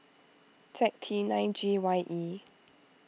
Z T nine G Y E